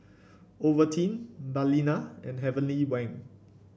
Ovaltine Balina and Heavenly Wang